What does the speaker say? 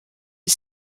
est